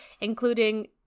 including